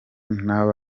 ntako